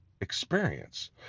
experience